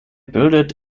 bildete